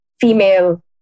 female